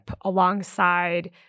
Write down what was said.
alongside